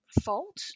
fault